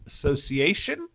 Association